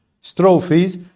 strophes